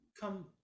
come